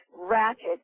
ratchet